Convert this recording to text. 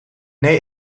nee